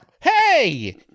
hey